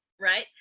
right